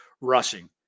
rushing